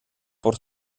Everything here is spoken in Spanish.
por